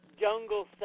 jungle